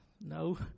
no